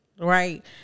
Right